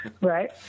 Right